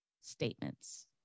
statements